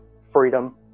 freedom